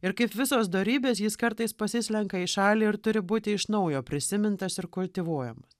ir kaip visos dorybės jis kartais pasislenka į šalį ir turi būti iš naujo prisimintas ir kultivuojamas